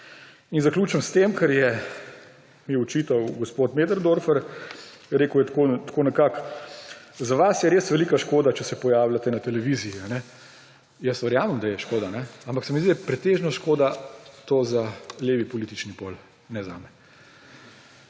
In zaključim s tem, kar mi je očital gospod Möderndorfer. Rekel je tako nekako – Za vas je res velika škoda, če se pojavljate na televiziji. Jaz verjamem, da je škoda. Ampak se mi zdi, da je pretežno škoda to za levi politični pol, ne zame.